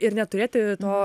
ir neturėti to